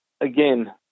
again